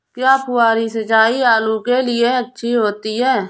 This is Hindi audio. क्या फुहारी सिंचाई आलू के लिए अच्छी होती है?